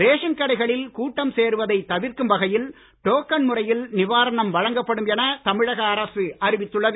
ration கடைகளில் கூட்டம் சேருவதை தவிர்க்கும் வகையில் டோக்கன் முறையில் நிவாரணம் வழங்கப்படும் என தமிழக அரசு அறிவித்துள்ளது